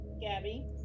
Gabby